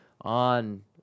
on